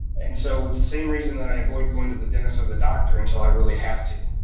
and so it's the same reason that i avoid going to the dentist or the doctor until i really have to.